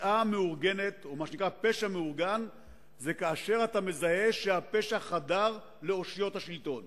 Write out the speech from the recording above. מה שנקרא "פשע מאורגן" זה כאשר אתה מזהה שהפשע חדר לאושיות השלטון.